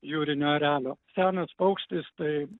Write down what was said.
jūrinio erelio senas paukštis tai